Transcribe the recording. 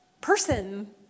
person